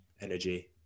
energy